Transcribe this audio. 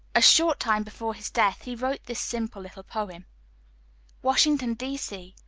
a short time before his death he wrote this simple little poem washington, d. c,